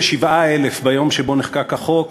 מכ-37,000 ביום שבו נחקק החוק